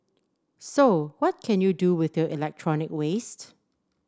so what can you do with your electronic waste